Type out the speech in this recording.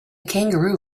kangaroo